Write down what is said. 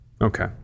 Okay